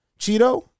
Cheeto